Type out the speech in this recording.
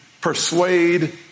persuade